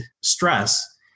stress